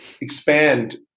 expand